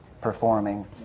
performing